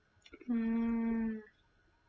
a'ah